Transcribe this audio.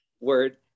word